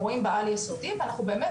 אנחנו רואים בעל יסודי ואנחנו באמת